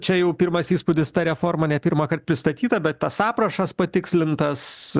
čia jau pirmas įspūdis ta reforma ne pirmąkart pristatyta bet tas aprašas patikslintas